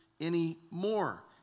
anymore